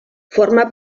forma